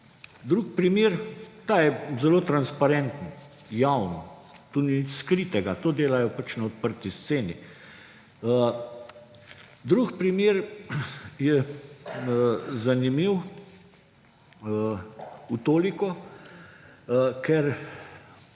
Drugi primer, ta je zelo transparenten, javen, to ni nič skritega, to delajo pač na odprti sceni. Drugi primer je zanimiv toliko, ker